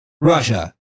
Russia